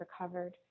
recovered